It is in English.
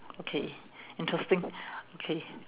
okay interesting okay